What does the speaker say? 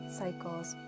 cycles